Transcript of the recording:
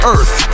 Earth